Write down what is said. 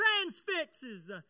transfixes